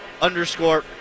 underscore